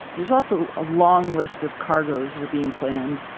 there's also a long list of cargoes that are being planned.